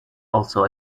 also